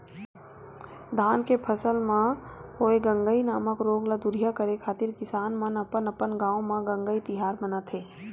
धान के फसल म होय गंगई नामक रोग ल दूरिहा करे खातिर किसान मन अपन अपन गांव म गंगई तिहार मानथे